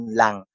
lang